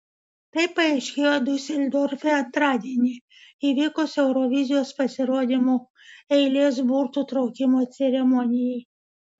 tai paaiškėjo diuseldorfe antradienį įvykus eurovizijos pasirodymų eilės burtų traukimo ceremonijai